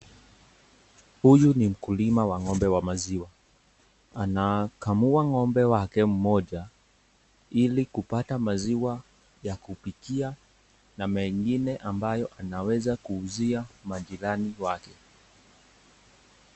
Huyu ni mkulima wa ng'ombe wa maziwa, anakamua ng'ombe wake mmoja ili kupata maziwa ya kupikia na mengine ambayo anaweza kuuzia majirani wake.